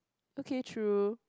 okay true